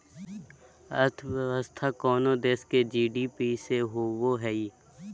अर्थव्यवस्था कोनो देश के जी.डी.पी से होवो हइ